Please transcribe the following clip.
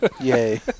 Yay